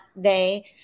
day